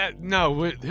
no